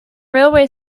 railway